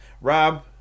rob